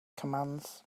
commands